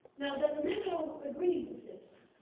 now does minow agree with this?